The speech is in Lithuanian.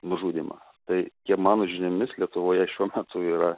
nužudymą tai ke mano žiniomis lietuvoje šiuo metu yra